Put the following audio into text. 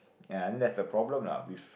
ya I think that's the problem lah with